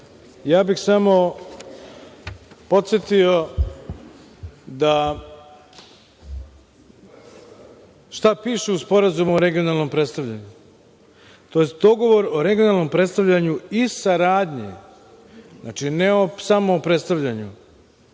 samo bih podsetio šta piše u Sporazumu o regionalnom predstavljanju. To je dogovor o regionalnom predstavljanju i saradnji, ne samo o predstavljanju.